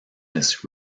this